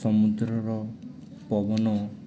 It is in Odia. ସମୁଦ୍ରର ପବନ